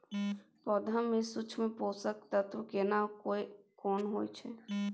पौधा में सूक्ष्म पोषक तत्व केना कोन होय छै?